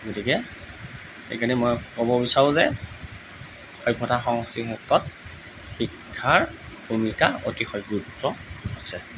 গতিকে সেইকাৰণে মই ক'ব বিচাৰোঁ যে সভ্যতা সংস্কৃতিৰ ক্ষেত্ৰত শিক্ষাৰ ভূমিকা অতিশয় গুৰুত্ব আছে